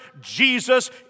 Jesus